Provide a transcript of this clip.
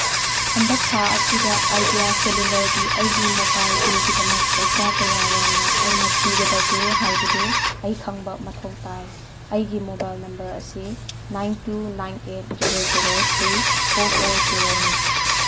ꯍꯟꯗꯛ ꯊꯥ ꯑꯁꯤꯗ ꯑꯥꯏꯗꯤꯌꯥ ꯁꯦꯂꯨꯂꯔꯒꯤ ꯑꯩꯒꯤ ꯃꯣꯕꯥꯏꯜ ꯕꯤꯜꯒꯤꯗꯃꯛ ꯄꯩꯁꯥ ꯀꯌꯥ ꯌꯥꯝꯅ ꯑꯩꯅ ꯊꯤꯒꯗꯒꯦ ꯍꯥꯏꯕꯗꯨ ꯑꯩ ꯈꯪꯕ ꯃꯊꯧ ꯇꯥꯏ ꯑꯩꯒꯤ ꯃꯣꯕꯥꯏꯜ ꯅꯝꯕꯔ ꯑꯁꯤ nine two nine eight zero zero three four four ꯖꯦꯔꯣꯅꯤ